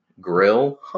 grill